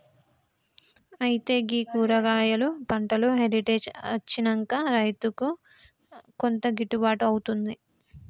అయితే గీ కూరగాయలు పంటలో హెరిటేజ్ అచ్చినంక రైతుకు కొంత గిట్టుబాటు అవుతుంది